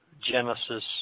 Genesis